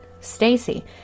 Stacy